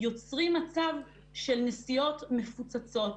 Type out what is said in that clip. יוצרים מצב של נסיעות מפוצצות,